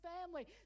family